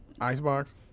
Icebox